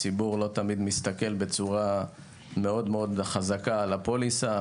הציבור לא תמיד מסתכל בצורה מאוד חזקה על הפוליסה.